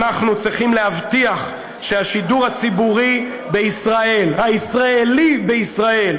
אנחנו צריכים להבטיח שהשידור הציבורי בישראל הישראלי בישראל,